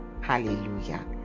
Hallelujah